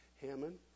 Hammond